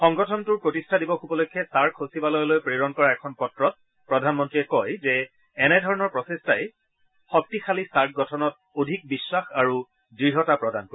সংগঠনৰ প্ৰতিষ্ঠা দিৱস উপলক্ষে ছাৰ্ক সচিবালয়লৈ প্ৰেৰণ কৰা এখন পত্ৰত প্ৰধান মন্ত্ৰীয়ে কয় যে এনেধৰণৰ প্ৰচেষ্টাই শক্তিশালী ছাৰ্ক গঠনত অধিক বিশ্বাস আৰু দৃঢ়তা প্ৰদান কৰিব